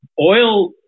oil